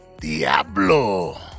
Diablo